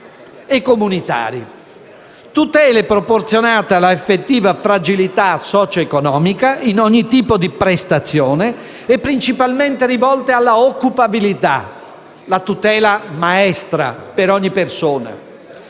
e comunitari, tutele proporzionate alla effettiva fragilità socioeconomica in ogni tipo di prestazione e principalmente rivolte alla occupabilità, molto rinvio